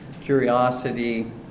curiosity